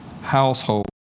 household